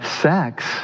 sex